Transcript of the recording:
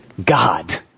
God